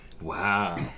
Wow